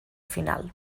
final